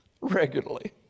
regularly